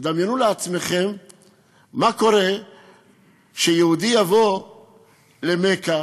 דמיינו לעצמכם מה יקרה כשיהודי יבוא למכה